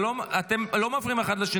אתם לא מפריעים אחד לשני,